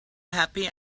happy